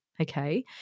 Okay